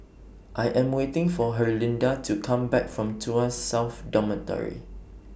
I Am waiting For Herlinda to Come Back from Tuas South Dormitory